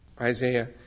Isaiah